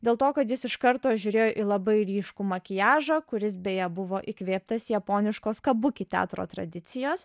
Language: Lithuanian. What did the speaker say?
dėl to kad jis iš karto žiūrėjo į labai ryškų makiažą kuris beje buvo įkvėptas japoniškos kabuki teatro tradicijos